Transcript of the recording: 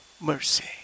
Mercy